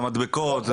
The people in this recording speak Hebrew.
של המדבקות.